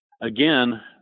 again